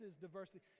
diversity